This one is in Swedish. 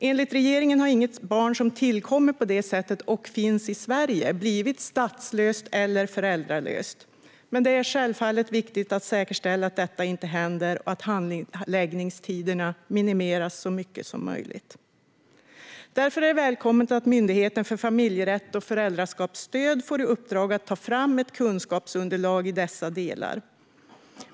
Enligt regeringen har inget barn som har tillkommit på det sättet och finns i Sverige blivit statslöst eller föräldralöst, men det är självklart viktigt att säkerställa att detta inte händer och att handläggningstiderna minimeras så mycket som möjligt. Därför är det välkommet att Myndigheten för familjerätt och föräldraskapsstöd får i uppdrag att ta fram ett kunskapsunderlag i dessa delar.